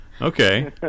Okay